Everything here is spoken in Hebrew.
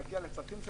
להגיע לצרכים שלהם,